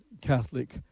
Catholic